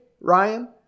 Ryan